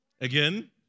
again